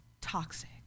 toxic